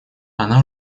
она